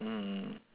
mm